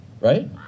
right